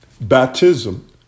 Baptism